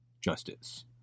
Justice